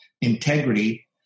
integrity